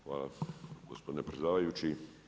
Hvala gospodine predsjedavajući.